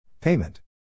Payment